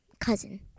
cousin